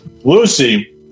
Lucy